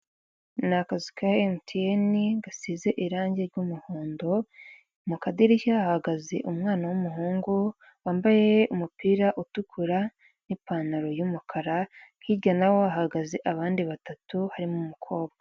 Ni akazu ka emutiyeni gasize irangi ry'umuhondo, mu kadirishya hahagaze umwana w'umuhungu wambaye umupira utukura, n'ipantaro y'umukara hirya naho hahagaze abandi batatu harimo umukobwa.